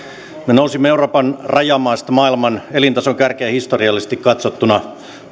nousimme euroopan rajamaasta maailman elintason kärkeen historiallisesti katsottuna